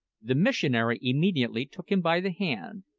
the missionary immediately took him by the hand,